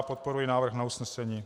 Podporuji návrh na usnesení.